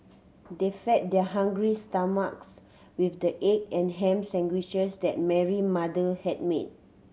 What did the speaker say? they fed their hungry stomachs with the egg and ham sandwiches that Mary mother had made